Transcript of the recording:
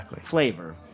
flavor